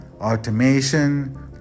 automation